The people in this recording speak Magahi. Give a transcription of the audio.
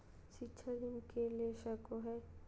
शिक्षा ऋण के ले सको है?